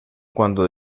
cuando